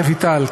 רויטל,